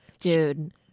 Dude